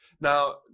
Now